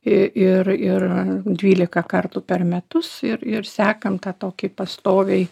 ir ir dvylika kartų per metus ir ir sekam tą tokį pastoviai